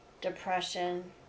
depression